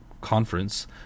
conference